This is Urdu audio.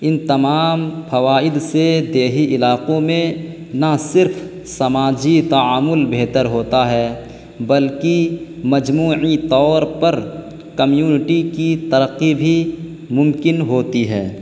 ان تمام پھوائد سے دیہی علاقوں میں نہ صرف سماجی تعامل بہتر ہوتا ہے بلکہ مجموعی طور پر کمیونٹی کی ترقی بھی ممکن ہوتی ہے